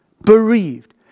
Bereaved